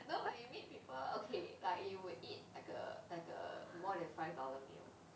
no but you meet people okay like you will eat like a like a more than five dollar meal